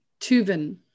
Tuvin